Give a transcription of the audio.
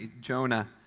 Jonah